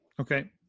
Okay